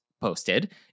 posted